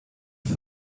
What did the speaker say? for